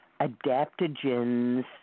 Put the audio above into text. Adaptogens